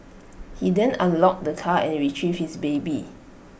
he then unlocked the car and retrieved his baby